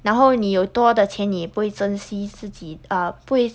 然后你有多的钱你也不会珍惜自己 uh 不会